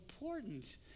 important